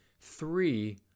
Three